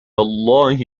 الله